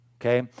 Okay